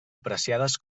apreciades